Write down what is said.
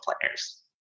players